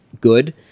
good